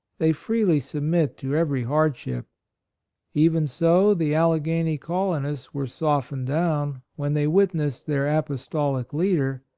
they freely submit to every hardship even so the alleghany colonists were softened down, when they witnessed their apostolic leader,